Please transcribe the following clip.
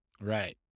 Right